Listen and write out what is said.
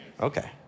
Okay